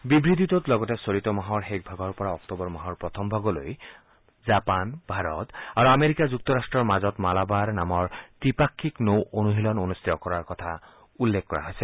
বিবৃতিটোত লগতে চলিত মাহৰ শেষ ভাগৰ পৰা অক্টোবৰ মাহৰ প্ৰথম ভাগলৈ জাপান ভাৰত আৰু আমেৰিকা যুক্তৰাষ্ট্ৰৰ মাজৰ মালাবাৰ নামৰ ত্ৰিপাক্ষিক নৌ অনুশীলন অনুষ্ঠিত কৰাৰ কথা উল্লেখ কৰা হৈছে